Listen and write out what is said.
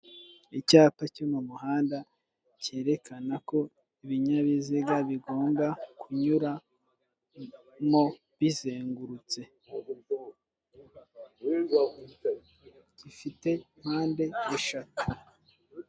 Icyapa cyo mu muhanda cyerekana ko ibinyabiziga bigomba kunyuramo bizengurutse, gifite mpande eshatu.